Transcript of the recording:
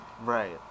Right